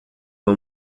uma